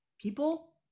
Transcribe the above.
people